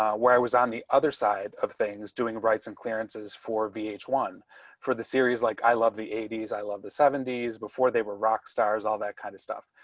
where i was on the other side of things, doing rights and clearances for v h one for the series like i love the eighty s. i love the seventy s before they were rock stars, all that kind of stuff.